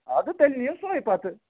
اَدٕ تیٚلہ نِیِو سۅے پَتہٕ